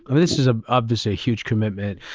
this is ah obviously a huge commitment.